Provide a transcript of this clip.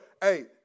hey